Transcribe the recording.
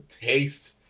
taste